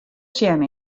sjen